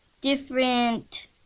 different